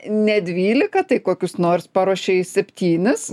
ne dvylika tai kokius nors paruošei septynis